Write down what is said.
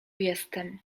jestem